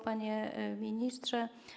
Panie Ministrze!